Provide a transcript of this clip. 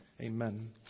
Amen